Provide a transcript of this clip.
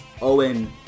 Owen